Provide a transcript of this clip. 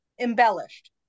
embellished